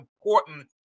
important